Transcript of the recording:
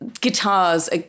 guitars